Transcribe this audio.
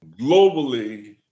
globally